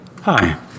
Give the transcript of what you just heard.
Hi